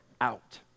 out